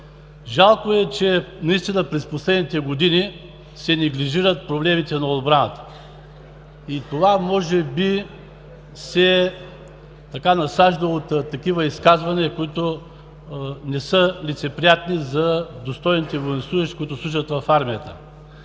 Жалко е, че през последните години се неглижират проблемите на отбраната. Това може би се насажда от изказвания, които не са лицеприятни за достойните военнослужещи, които служат в армията.